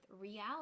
reality